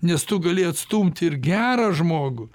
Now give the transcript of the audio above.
nes tu gali atstumti ir gerą žmogų